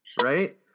right